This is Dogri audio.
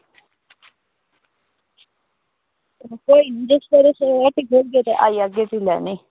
ते सवेरै सवेल्लै हट्टी खोलगे फ्ही आई जाह्गे फ्ही लैने गी